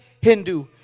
Hindu